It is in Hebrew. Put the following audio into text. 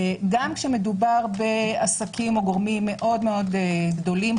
גם כשמדובר בעסקים או בגורמים מאוד מאוד גדולים,